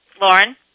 Lauren